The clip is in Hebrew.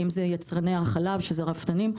האם יצרני החלב שאלה הרפתנים,